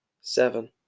Seven